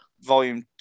Volume